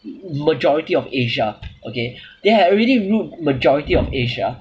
majority of asia okay they had already ruled majority of asia